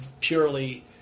purely